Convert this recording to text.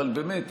אבל באמת,